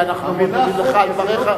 אנחנו מודים לך על דבריך.